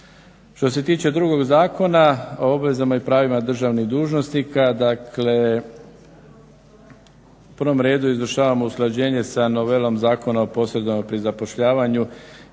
Što se tiče drugog Zakona o obvezama i pravima državnih dužnosnika, dakle u prvom redu izvršavamo usklađenje sa novelom Zakona o posredovanju pri zapošljavanju